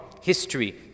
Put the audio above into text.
history